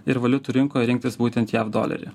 ir valiutų rinkoje rinktis būtent jav dolerį